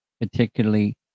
particularly